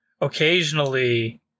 occasionally